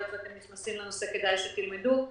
היות ואתם נכנסים לנושא, כדאי שתלמדו אותו,